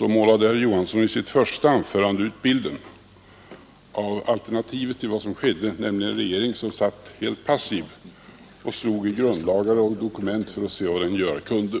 målade herr Johansson i Årets gransknings Trollhättan i sitt första anförande bilden av ett alternativ till vad som arbete skedde, nämligen en regering som satt helt passiv och slog i grundlagar och dokument för att se vad den göra kunde.